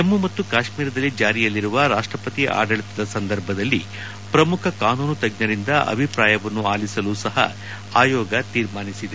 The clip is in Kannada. ಜಮ್ಮ ಮತ್ತು ಕಾಶ್ಮೀರದಲ್ಲಿ ಜಾರಿಯಲ್ಲಿರುವ ರಾಷ್ಟಪತಿ ಆಡಳತದ ಸಂದರ್ಭದಲ್ಲಿ ಪ್ರಮುಖ ಕಾನೂನು ತಜ್ವರಿಂದ ಅಭಿಪ್ರಾಯವನ್ನು ಆಲಿಸಲು ಸಹ ಆಯೋಗ ತೀರ್ಮಾನಿಸಿದೆ